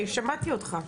שמעתי אותך.